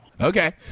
Okay